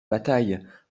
bataille